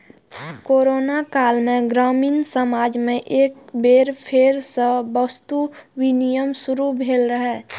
corona काल मे ग्रामीण समाज मे एक बेर फेर सं वस्तु विनिमय शुरू भेल रहै